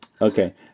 Okay